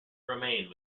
remained